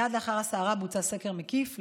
מייד לאחר הסערה בוצע סקר מקיף,